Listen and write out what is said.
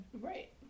Right